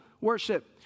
worship